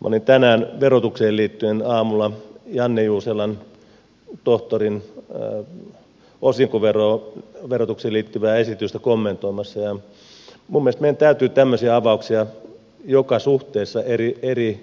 minä olin tänään aamulla verotukseen liittyen tohtori janne juuselan osinkoverotukseen liittyvää esitystä kommentoimassa ja minun mielestäni meidän täytyy joka suhteessa eri